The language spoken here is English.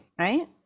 right